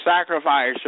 sacrifice